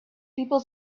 people